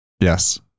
yes